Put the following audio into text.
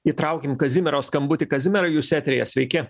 įtraukim kazimiero skambutį kazimierai jūs eteryje sveiki